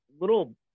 little